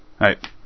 right